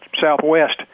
Southwest